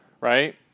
right